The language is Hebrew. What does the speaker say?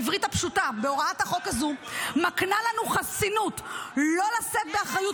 העברית הפשוטה בהוראת החוק הזו מקנה לנו חסינות לא לשאת באחריות